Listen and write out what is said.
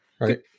right